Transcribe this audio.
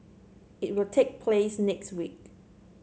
it will take place next week